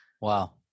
Wow